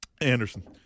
Anderson